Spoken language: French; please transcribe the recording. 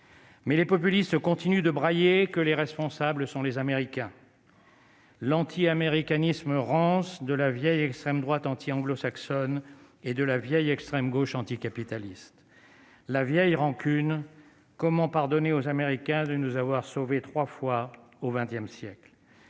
Mais les populistes continue de brailler, que les responsables sont les Américains. L'anti-américanisme rance de la vieille extrême droite anti-anglo-saxonne et de la vieille extrême gauche anticapitaliste la vieille rancune comment pardonner aux Américains de nous avoir sauvé 3 fois au XXe siècles